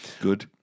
Good